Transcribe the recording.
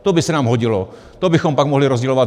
To by se nám hodilo, to bychom pak mohli rozdělovat my.